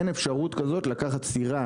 אין אפשרות כזאת לקחת סירה